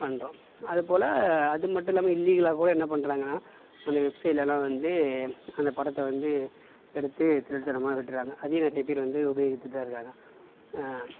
பண்ணுறோம் அது போல் அது மட்டும் இல்லாம இல்லீகலாக கூட என்ன பண்ணுறாங்கனா சில வெப்சைட்லலாம் வந்து அந்த படத்தை வந்து எடுத்து திருட்டு தனமாக விட்றாங்க அதே மாதிரி நிறையா பேர் வெளியே விற்றுட்டு தான் இருக்காங்க